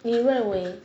你认为